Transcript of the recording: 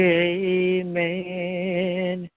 amen